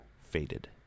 Faded